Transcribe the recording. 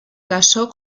casó